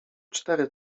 cztery